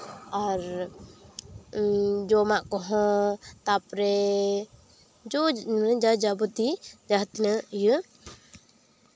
ᱟᱨ ᱡᱚᱢᱟᱜ ᱠᱚᱦᱚᱸ ᱛᱟᱨᱯᱚᱨᱮ ᱡᱟ ᱡᱟᱵᱚᱛᱤ ᱡᱟᱦᱟᱸ ᱛᱤᱱᱟᱹᱜ ᱤᱭᱟᱹ